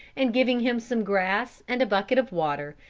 and giving him some grass and a bucket of water,